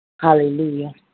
Hallelujah